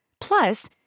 Plus